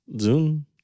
Zoom